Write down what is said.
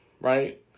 Right